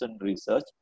research